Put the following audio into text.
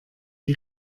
die